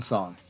Song